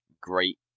great